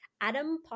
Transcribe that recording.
Adam